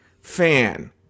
fan